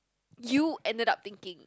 you ended up thinking